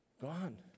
gone